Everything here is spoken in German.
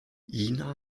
ina